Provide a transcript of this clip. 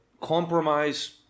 Compromise